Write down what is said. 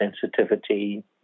sensitivity